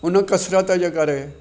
उन कसरत जे करे